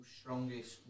strongest